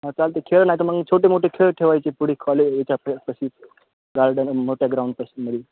हा चालतं खेळ नाही तर मग छोटे मोठे खेळ ठेवायचे पुढ कॉलेज याच्यापाशी गार्डन मोठ्या ग्राउंडपाशी मध्ये